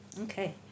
Okay